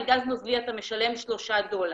על גז נוזלי אתה משלם 3 דולר,